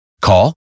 Call